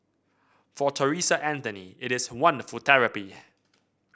for Theresa Anthony it is wonderful therapy